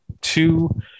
two